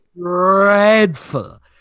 Dreadful